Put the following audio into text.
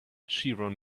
chevron